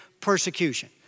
persecution